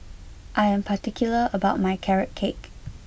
I am particular about my carrot cake